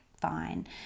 fine